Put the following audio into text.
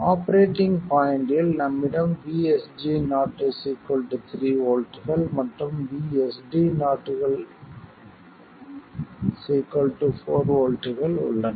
operating பாய்ண்ட்டில் நம்மிடம் VSG0 3 வோல்ட்கள் மற்றும் VSD0 4 வோல்ட்கள் உள்ளன